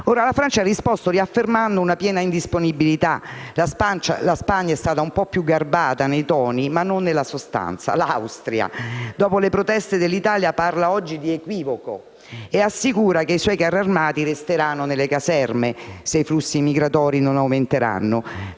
La Francia ha risposto riaffermando piena indisponibilità, la Spagna è stata un po' più garbata nei modi, ma non nella sostanza, e l'Austria, dopo le proteste dell'Italia, ha parlato oggi di equivoco e ha assicurato che i suoi carri armati resteranno nelle caserme, se i flussi migratori non aumenteranno.